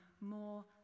more